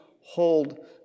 hold